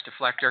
deflector